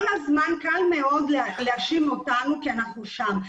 כל הזמן קל מאוד להאשים אותנו כי אנחנו שם.